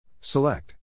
Select